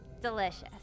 delicious